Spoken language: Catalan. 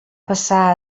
passar